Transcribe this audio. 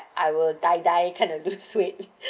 I will die die kind of lose weight